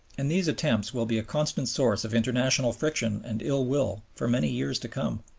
and these attempts will be a constant source of international friction and ill-will for many years to come.